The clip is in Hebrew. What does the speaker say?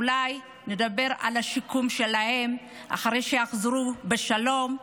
אולי נדבר על השיקום שלהם אחרי שיחזרו בשלום,